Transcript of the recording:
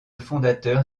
fondateur